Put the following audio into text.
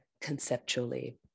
conceptually